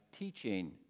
teaching